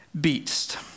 beast